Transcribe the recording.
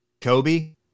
Kobe